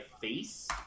face